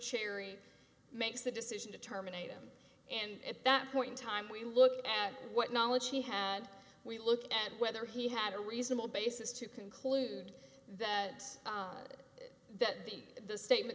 cherry makes the decision to terminate him and at that point in time we look at what knowledge he had we look at whether he had a reasonable basis to conclude that that the the statement